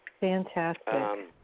Fantastic